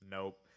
Nope